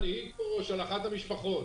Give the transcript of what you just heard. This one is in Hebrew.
של אחת המשפחות